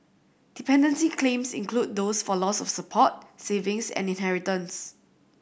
dependency claims include those for loss of support savings and inheritance